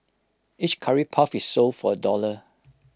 each Curry puff is sold for A dollar